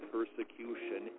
Persecution